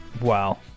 Wow